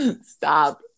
Stop